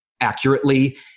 accurately